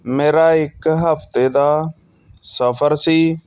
ਮੇਰਾ ਇੱਕ ਹਫ਼ਤੇ ਦਾ ਸਫ਼ਰ ਸੀ